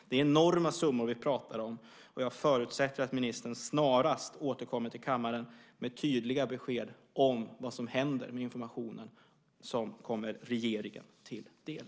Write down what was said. Det är enorma summor vi pratar om, och jag förutsätter att ministern snarast återkommer till kammaren med tydliga besked om vad som händer med den information som kommer regeringen till del.